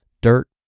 dirt